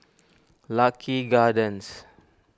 Lucky Gardens